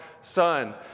Son